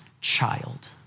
child